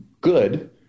good